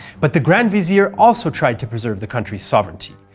but the grand vizier also tried to preserve the country's sovereignty.